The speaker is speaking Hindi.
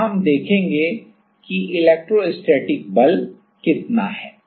अब हम देखेंगे कि इलेक्ट्रोस्टैटिक बल कितना है